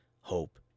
hope